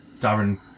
Darren